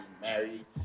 married